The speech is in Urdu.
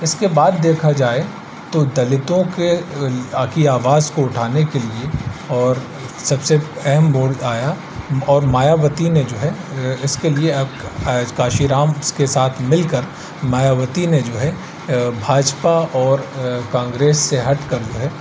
اس کے بعد دیکھا جائے تو دلتوں کے آواز کو اٹھانے کے لیے اور سب سے اہم موڑ آیا اور مایاوتی نے جو ہے اس کے لیے اب کاشی رام اس کے ساتھ مل کر مایاوتی نے جو ہے بھاجپا اور کانگریس سے ہٹ کر جو ہے